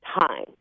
time